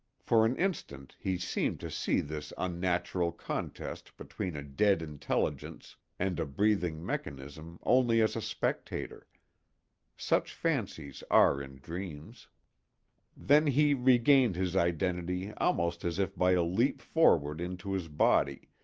for an instant he seemed to see this unnatural contest between a dead intelligence and a breathing mechanism only as a spectator such fancies are in dreams then he regained his identity almost as if by a leap forward into his body,